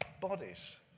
bodies